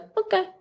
okay